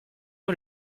aux